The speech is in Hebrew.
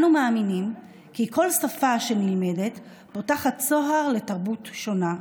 אנו מאמינים כי כל שפה שנלמדת פותחת צוהר לתרבות שונה,